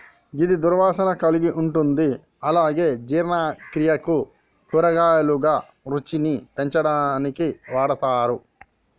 గిది దుర్వాసన కలిగి ఉంటుంది అలాగే జీర్ణక్రియకు, కూరగాయలుగా, రుచిని పెంచడానికి వాడతరు